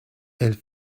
elle